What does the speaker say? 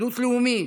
אחדות לאומית,